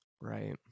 right